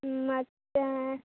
ಹ್ಞೂ ಮತ್ತೆ